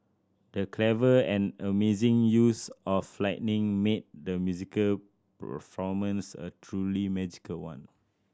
the clever and amazing use of lighting made the musical performance a truly magical one